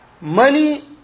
Money